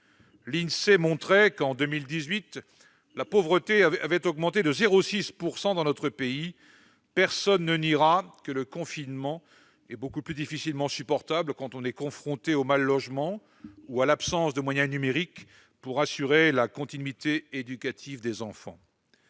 L'Insee montrait qu'en 2018 la pauvreté avait augmenté de 0,6 % dans notre pays ; personne ne niera que le confinement est beaucoup plus difficilement supportable quand on est confronté au mal-logement ou à l'absence de moyens numériques pour assurer la continuité éducative des enfants.